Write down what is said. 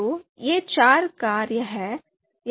तो ये चार कारें हैं